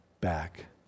back